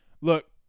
Look